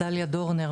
דליה דורנר,